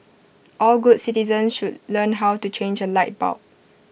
all good citizens should learn how to change A light bulb